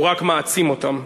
הוא רק מעצים אותם.